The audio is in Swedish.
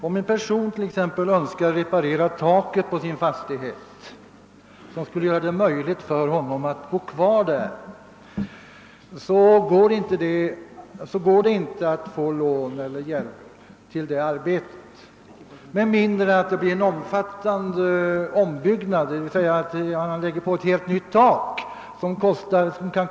Om en person t.ex. önskar reparera taket på sin fastighet — reparationen skulle göra det möjligt för honom att bo kvar i huset — kan han inte få lån eller hjälp till det arbetet med mindre än att det blir en omfattande ombyggnad, d.v.s. att han lägger på ett helt nytt tak, som kan kosta många tusen kronor.